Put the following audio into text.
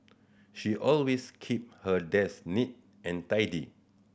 she always keep her desk neat and tidy